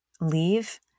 leave